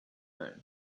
more